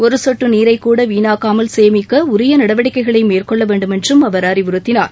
ஒரு சொட்டு நீரைக்கூட வீணாக்காமல் சேமிக்க உரிய நடவடிக்கைகளை மேற்கொள்ள வேண்டுமென்றும் அவர் அறிவுறுத்தினார்